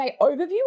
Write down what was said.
overview